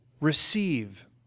receive